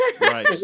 Right